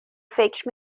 فکر